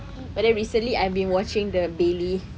but then recently I've been watching the bailey